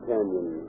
Canyon